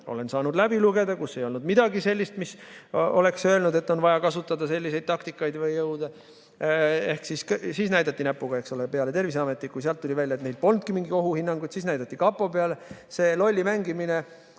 olen saanud läbi lugeda ja kus ei olnud midagi sellist, mis oleks öelnud, et on vaja kasutada selliseid taktikaid või jõude. Siis näidati näpuga, eks ole Terviseametile. Kkui sealt tuli välja, et neil polnudki mingit ohuhinnanguit, siis näidati kapo peale. See lolli mängimine,